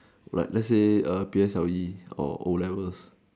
like lets say err P_S_L_E or o-levels